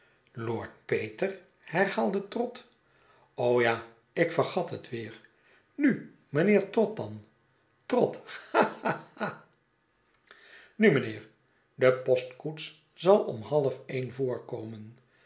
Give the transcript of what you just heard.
lord peter herhaaide trott ja ik vergat het weer nu mijnheer trott dan trott ha ha ha nu mijnheer de postkoets zal om half een voorkomen